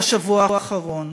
בשבוע האחרון.